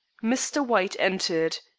mr. white entered,